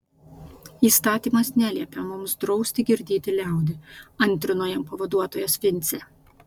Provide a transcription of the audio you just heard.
įstatymas neliepia mums drausti girdyti liaudį antrino jam pavaduotojas vincė